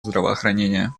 здравоохранения